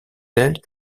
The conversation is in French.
telles